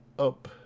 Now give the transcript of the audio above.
up